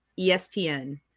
ESPN